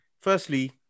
firstly